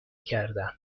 کردم